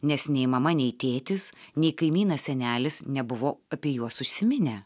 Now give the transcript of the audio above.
nes nei mama nei tėtis nei kaimynas senelis nebuvo apie juos užsiminę